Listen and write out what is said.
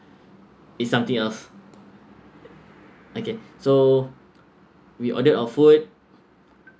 is something else okay so we ordered our food